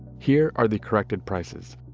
here are the corrected prices.